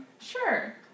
Sure